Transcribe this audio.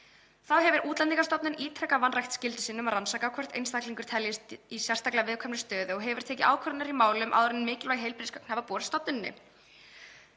Þá hefur Útlendingastofnun ítrekað vanrækt skyldu sína um að rannsaka hvort einstaklingur teljist í sérstaklega viðkvæmri stöðu og hefur tekið ákvarðanir í málum áður en mikilvæg heilbrigðisgögn hafa borist stofnuninni.